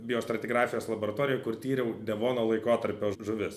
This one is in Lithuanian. biostratigrafijos laboratorijoj kur tyriau devono laikotarpio žuvis